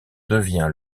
devient